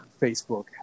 Facebook